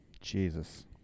Jesus